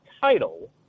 title